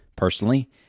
Personally